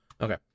Okay